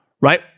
right